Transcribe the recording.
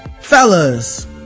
fellas